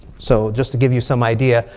so just to give you some idea,